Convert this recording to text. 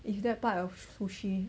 if that part of sushi